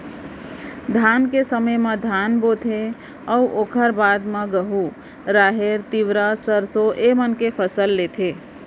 धान के समे म धान बोथें अउ ओकर बाद म गहूँ, राहेर, तिंवरा, सरसों ए मन के फसल लेथें